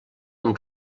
amb